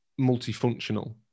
multifunctional